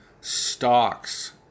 stocks